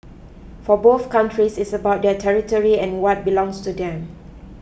for both countries it's about their territory and what belongs to them